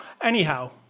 Anyhow